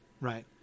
right